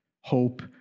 hope